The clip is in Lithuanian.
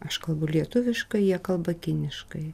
aš kalbu lietuviškai jie kalba kiniškai